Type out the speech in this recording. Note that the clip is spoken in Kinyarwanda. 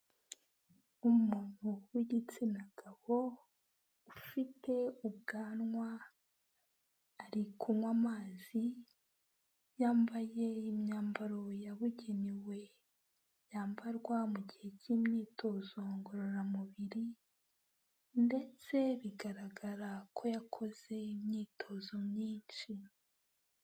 Umuntu w'igitsina gabo ufite ubwanwa, ari kunywa amazi, yambaye imyambaro yabugenewe yambarwa mu gihe cy'imyitozo ngororamubiri ndetse bigaragara ko yakoze imyitozo myinshi.